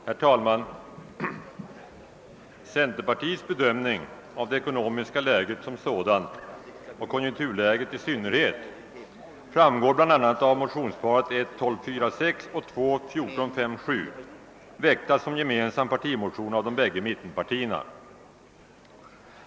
Herr talman! Centerpartiets bedömning av det ekonomiska läget som sådant och konjunkturläget i synnerhet framgår bl.a. av de likalydande motionerna I: 1246 och II: 1457, väckta såsom gemensam partimotion av de bägge mittenpartierna.